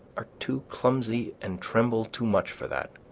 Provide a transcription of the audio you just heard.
are too clumsy and tremble too much for that.